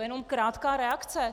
Jenom krátká reakce.